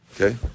Okay